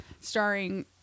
starring